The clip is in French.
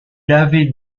avait